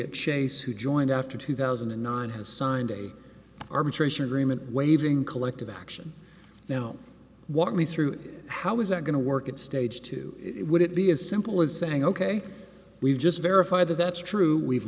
at chase who joined after two thousand and nine has signed a arbitration agreement waiving collective action now walk me through how is that going to work at stage two would it be as simple as saying ok we've just verified that that's true we've